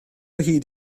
hyd